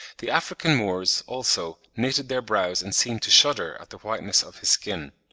the african moors, also, knitted their brows and seemed to shudder at the whiteness of his skin.